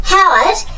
Howard